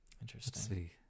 interesting